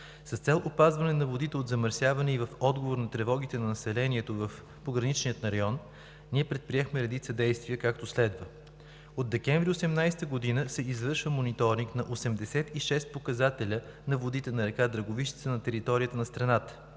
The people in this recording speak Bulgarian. С цел опазване на водите от замърсяване и в отговор на тревогите на населението в пограничния район предприехме редица действия, както следва: от месец декември 2018 г. се извършва мониторинг на 86 показателя на водите на река Драговищица на територията на страната.